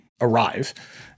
arrive